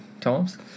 times